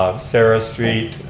um sarah street,